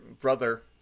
brother